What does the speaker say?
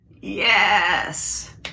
Yes